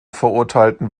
verurteilten